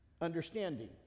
understanding